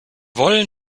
wollen